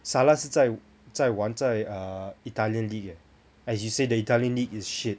salah 是在在玩在 err italian league as you said the italian league is shit